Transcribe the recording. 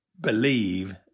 believe